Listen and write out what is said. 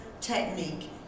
technique